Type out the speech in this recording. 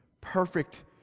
perfect